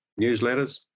newsletters